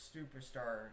Superstar